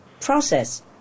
process